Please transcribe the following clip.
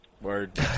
Word